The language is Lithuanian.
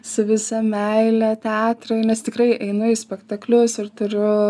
su visa meile teatrui nes tikrai einu į spektaklius ir turiu